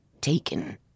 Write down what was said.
taken